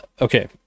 okay